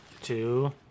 Two